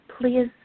please